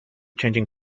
changing